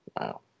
Wow